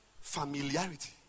familiarity